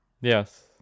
Yes